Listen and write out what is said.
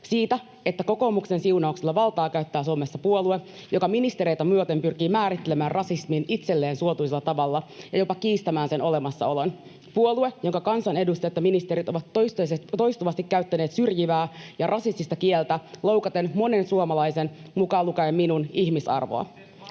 sitä, että kokoomuksen siunauksella valtaa käyttää Suomessa puolue, joka ministereitä myöten pyrkii määrittelemään rasismin itselleen suotuisalla tavalla ja jopa kiistämään sen olemassaolon; puolue, jonka kansanedustajat ja ministerit ovat toistuvasti käyttäneet syrjivää ja rasistista kieltä loukaten monen suomalaisen, mukaan lukien minun, ihmisarvoa.